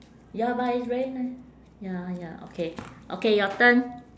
ya but it's very nice ya ya okay okay your turn